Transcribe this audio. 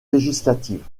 législatives